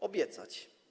Obiecać.